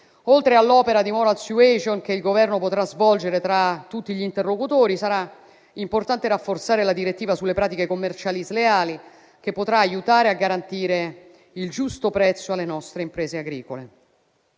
Oltre all'opera di *moral suasion* che il Governo potrà svolgere tra tutti gli interlocutori, sarà importante rafforzare la direttiva sulle pratiche commerciali sleali, che potrà aiutare a garantire il giusto prezzo alle nostre imprese agricole.